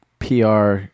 PR